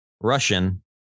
Russian